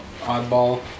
Oddball